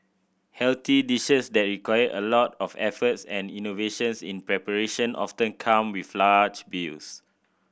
healthy dishes that require a lot of efforts and innovations in preparation often come with large bills